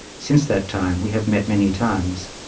since that time we have met many times,